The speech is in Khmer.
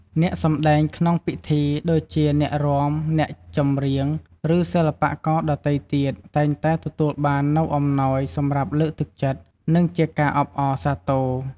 អ្នកសម្តែងក្នុងពិធី ដូចជា អ្នករាំ អ្នកចម្រៀង ឬសិល្បករដទៃទៀត តែងតែទទួលបាននូវអំណោយ សម្រាប់លើកទឹកចិត្ត និងជាការអបអរសាទរ។